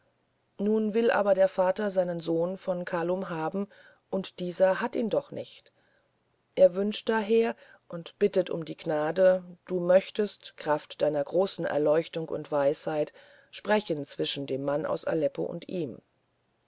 nun will aber der vater seinen sohn von kalum haben und dieser hat ihn doch nicht er wünscht daher und bittet um die gnade du möchtest kraft deiner großen erleuchtung und weisheit sprechen zwischen dem mann aus aleppo und ihm